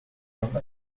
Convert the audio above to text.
room